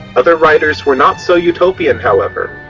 other writers were not so utopian, however.